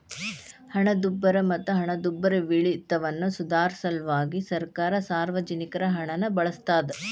ಹಣದುಬ್ಬರ ಮತ್ತ ಹಣದುಬ್ಬರವಿಳಿತವನ್ನ ಸುಧಾರ್ಸ ಸಲ್ವಾಗಿ ಸರ್ಕಾರ ಸಾರ್ವಜನಿಕರ ಹಣನ ಬಳಸ್ತಾದ